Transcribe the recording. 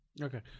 okay